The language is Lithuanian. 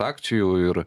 akcijų ir